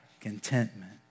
contentment